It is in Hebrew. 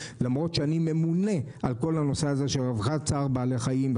למרות שאני ממונה על כל הנושא של רווחת צער בעלי-חיים,